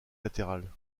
latérale